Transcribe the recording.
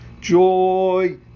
joy